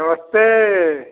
नमस्ते